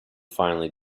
finally